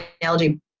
analogy